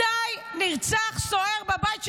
מתי נרצח סוהר בבית שלו?